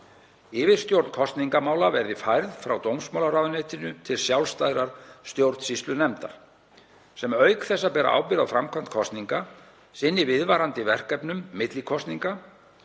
Yfirstjórn kosningamála verði færð frá dómsmálaráðuneytinu til sjálfstæðrar stjórnsýslunefndar sem auk þess að bera ábyrgð á framkvæmd kosninga sinni viðvarandi verkefnum milli kosninga.